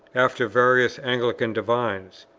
after various anglican divines.